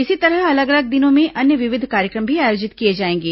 इसी तरह अलग अलग दिनों में अन्य विविध कार्यक्रम भी आयोजित किए जाएंगे